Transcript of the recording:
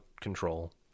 control